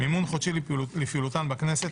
מימון חודשי לפעילותן בכנסת,